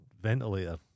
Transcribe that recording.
ventilator